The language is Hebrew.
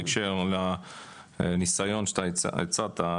בהקשר לניסיון שאתה הצעת,